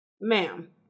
Ma'am